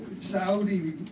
Saudi